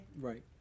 right